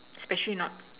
especially not